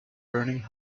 burning